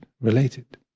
related